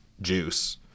juice